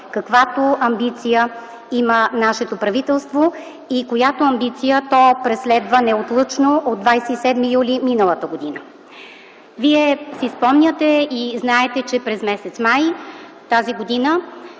каквато амбиция има нашето правителство и която амбиция то преследва неотлъчно от 27 юли миналата година. Вие си спомняте и знаете, че през м. май тази година